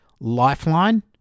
Lifeline